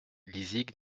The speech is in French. lizig